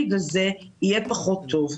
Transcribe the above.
בגלל זה יהיה פחות טוב.